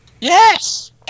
Yes